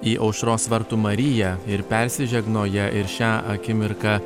į aušros vartų mariją ir persižegnoja ir šią akimirką